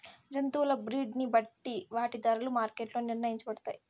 జంతువుల బ్రీడ్ ని బట్టి వాటి ధరలు మార్కెట్ లో నిర్ణయించబడతాయి